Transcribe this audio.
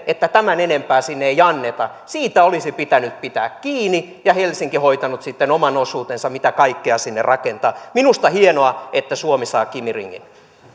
että tämän enempää sinne ei anneta niin siitä olisi pitänyt pitää kiinni ja helsinki olisi hoitanut sitten oman osuutensa mitä kaikkea sinne rakentaa minusta on hienoa että suomi saa kimi ringin